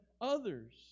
others